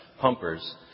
pumpers